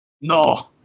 No